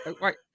right